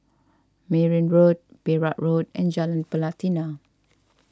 Merryn Road Perak Road and Jalan Pelatina